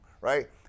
right